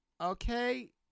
Okay